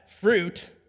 fruit